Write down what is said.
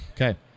Okay